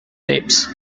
tapes